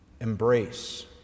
embrace